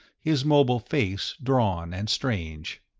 his mobile face drawn and strange.